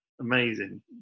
amazing